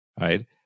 Right